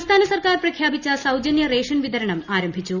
സംസ്ഥാന സർക്കാർ പ്രഖ്യാപിച്ച സൌജനൃ റേഷൻ വിതരണം ആരംഭിച്ചു